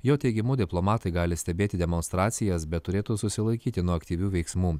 jo teigimu diplomatai gali stebėti demonstracijas bet turėtų susilaikyti nuo aktyvių veiksmų